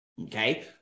Okay